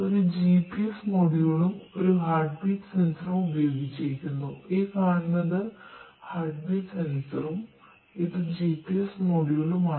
ഒരു GPS മൊഡ്യൂളും ആണ്